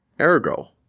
Ergo